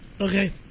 Okay